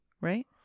Right